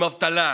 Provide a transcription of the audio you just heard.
עם אבטלה,